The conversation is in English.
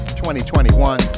2021